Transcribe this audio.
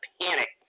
panic